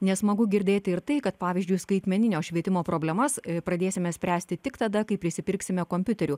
nesmagu girdėti ir tai kad pavyzdžiui skaitmeninio švietimo problemas pradėsime spręsti tik tada kai prisipirksime kompiuterių